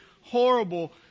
horrible